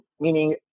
meaning